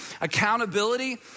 Accountability